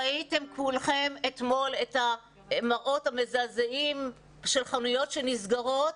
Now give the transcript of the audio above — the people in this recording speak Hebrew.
ראיתם כולכם אתמול את המראות המזעזעים של חנויות שנסגרות,